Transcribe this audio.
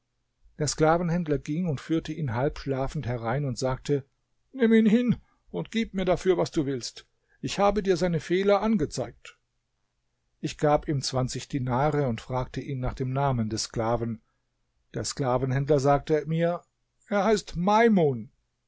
der sklavenhändler ging und führte ihn halb schlafend herein und sagte nimm ihn hin und gib mir dafür was du willst ich habe dir seine fehler angezeigt ich gab ihm zwanzig dinare und fragte ihn nach dem namen des sklaven der sklavenhändler sagte mir er heißt meimun